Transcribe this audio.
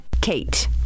Kate